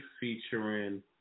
featuring